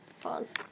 Pause